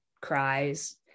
cries